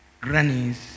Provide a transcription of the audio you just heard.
Grannies